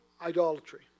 idolatry